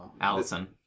Allison